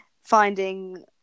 finding